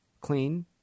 clean